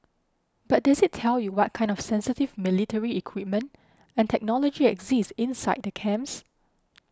but does it tell you what kind of sensitive military equipment and technology exist inside the camps